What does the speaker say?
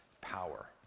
power